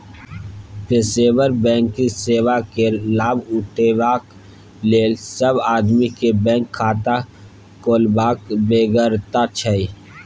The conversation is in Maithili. पेशेवर बैंकिंग सेवा केर लाभ उठेबाक लेल सब आदमी केँ बैंक खाता खोलबाक बेगरता छै